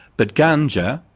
but ganga,